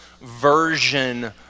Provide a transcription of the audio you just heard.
version